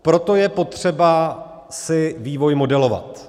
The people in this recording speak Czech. Proto je potřeba si vývoj modelovat.